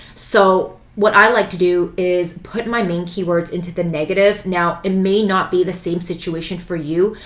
so what i like to do is put my main keywords into the negative. now it may not be the same situation for you,